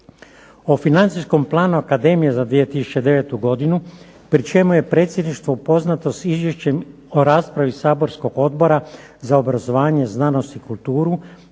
O Financijskom planu Akademije za 2009. godinu pri čemu je predsjedništvo upoznato s izvješćem o raspravi saborskog Odbora za obrazovanje, znanost i kulturu